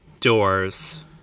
Doors